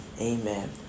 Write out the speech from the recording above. Amen